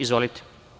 Izvolite.